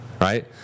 right